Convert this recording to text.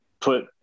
put